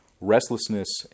restlessness